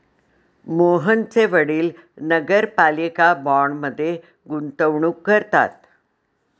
मोहनचे वडील नगरपालिका बाँडमध्ये गुंतवणूक करतात